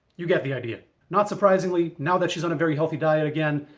you get the idea. not surprisingly, now that she's on a very healthy diet again,